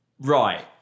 Right